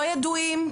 לא ידועים,